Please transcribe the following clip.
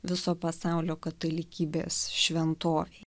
viso pasaulio katalikybės šventovėj